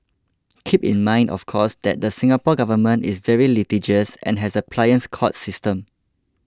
keep in mind of course that the Singapore Government is very litigious and has a pliant court system